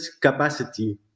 capacity